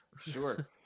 Sure